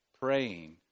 praying